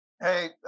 Hey